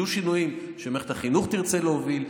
יהיו שינויים שמערכת החינוך תרצה להוביל,